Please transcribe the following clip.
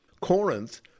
Corinth